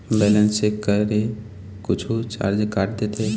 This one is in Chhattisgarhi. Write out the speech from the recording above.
बैलेंस चेक करें कुछू चार्ज काट देथे?